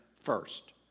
first